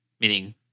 meaning